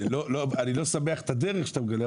אני לא שמח על הדרך שבה אתה מגלה,